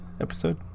episode